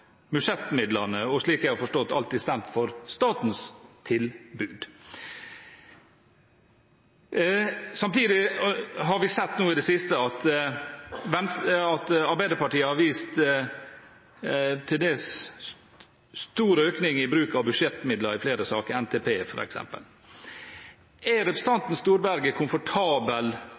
har – slik jeg har forstått det – alltid stemt for statens tilbud. Samtidig har vi nå i det siste sett at Arbeiderpartiet har vist vilje til til dels stor økning i bruk av budsjettmidler i flere saker, f.eks. i NTP. Er representanten Storberget komfortabel